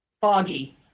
Foggy